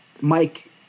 Mike